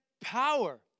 power